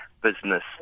business